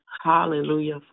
Hallelujah